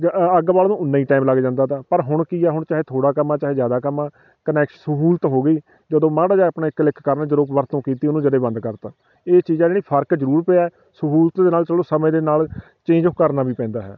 ਅੱਗ ਬਾਲਣ ਨੂੰ ਓਨਾਂ ਹੀ ਟਾਈਮ ਲੱਗ ਜਾਂਦਾ ਤਾ ਪਰ ਹੁਣ ਕੀ ਆ ਹੁਣ ਚਾਹੇ ਥੋੜ੍ਹਾ ਕੰਮ ਆ ਚਾਹੇ ਜ਼ਿਆਦਾ ਕੰਮ ਆ ਕਨੈਕਸ ਸਹੂਲਤ ਹੋ ਗਈ ਜਦੋਂ ਮਾੜਾ ਜਿਹਾ ਆਪਣਾ ਇੱਕ ਕਲਿੱਕ ਕਰਨਾ ਜਦੋਂ ਵਰਤੋਂ ਕੀਤੀ ਉਹਨੂੰ ਜਦੇ ਬੰਦ ਕਰਤਾ ਇਹ ਚੀਜ਼ ਆ ਜਿਹੜੀ ਫਰਕ ਜ਼ਰੂਰ ਪਿਆ ਸਹੂਲਤ ਦੇ ਨਾਲ ਚਲੋ ਸਮੇਂ ਦੇ ਨਾਲ ਚੇਂਜ ਕਰਨਾ ਵੀ ਪੈਂਦਾ ਹੈ